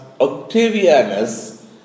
Octavianus